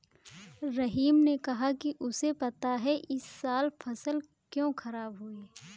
रहीम ने कहा कि उसे पता है इस साल फसल क्यों खराब हुई